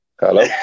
Hello